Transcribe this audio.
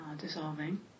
dissolving